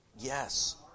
Yes